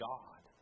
God